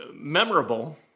memorable